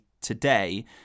today